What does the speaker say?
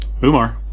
Boomer